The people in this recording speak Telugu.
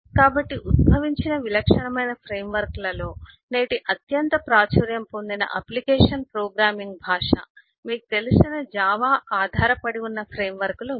కాబట్టి ఉద్భవించిన విలక్షణమైన ఫ్రేమ్వర్క్లలో నేటి అత్యంత ప్రాచుర్యం పొందిన అప్లికేషన్ ప్రోగ్రామింగ్ భాష మీకు తెలిసిన జావా ఆధారపడి ఉన్న ఫ్రేమ్వర్క్లు ఉన్నాయి